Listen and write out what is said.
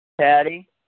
Patty